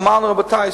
אמרנו: רבותי,